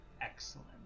excellent